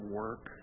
work